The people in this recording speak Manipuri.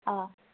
ꯑꯥ